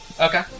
Okay